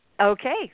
Okay